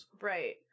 right